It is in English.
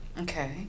Okay